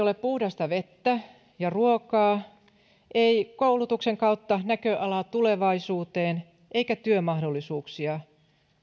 ole puhdasta vettä ja ruokaa ei koulutuksen kautta näköalaa tulevaisuuteen eikä työmahdollisuuksia